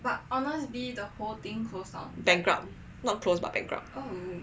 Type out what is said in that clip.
bankrupt not closed but bankrupt